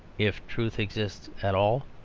if truth exists at all,